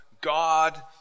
God